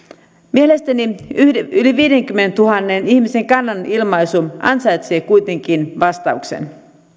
mielestäni yli viidenkymmenentuhannen ihmisen kannanilmaisu ansaitsee kuitenkin vastauksen